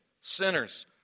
sinners